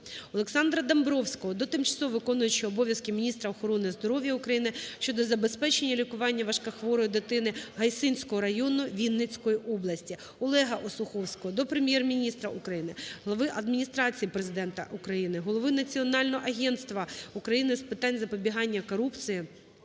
Олександра Домбровського до тимчасово виконуючої обов'язки міністра охорони здоров'я України щодо забезпечення лікування важкохворої дитини Гайсинського району Вінницької області. ОлегаОсуховського до Прем'єр-міністра України, Глави Адміністрації Президента України, Голови Національного агентства України з питань запобігання корупції,